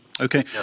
Okay